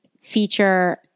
feature